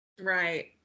Right